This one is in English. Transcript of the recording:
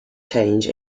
change